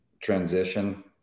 transition